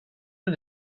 det